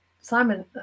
Simon